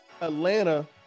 Atlanta